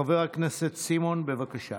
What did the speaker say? חבר הכנסת סימון, בבקשה.